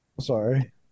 Sorry